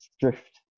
drift